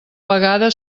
vegada